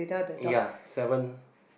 ya seven